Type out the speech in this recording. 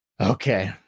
Okay